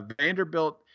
Vanderbilt –